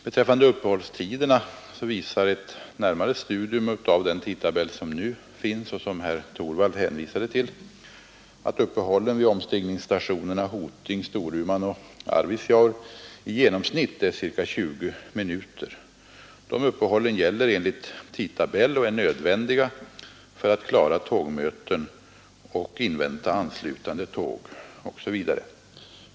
Beträffande uppehållstiderna visar ett närmare studium av den tidtabell som nu finns och som herr Torwald hänvisade till att uppehållen vid omstigningsstationerna Hoting, Storuman och Arvidsjaur i genomsnitt är ca 20 minuter. De uppehållen gäller enligt tidtabell och är nödvändiga för att klara tågmöten, invänta anslutande tåg osv.